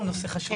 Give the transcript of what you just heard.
הוא נושא חשוב.